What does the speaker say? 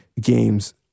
games